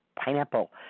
pineapple